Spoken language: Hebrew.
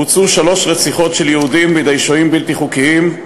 בוצעו שלוש רציחות של יהודים בידי שוהים בלתי חוקיים: